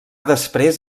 després